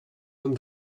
vom